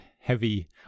heavy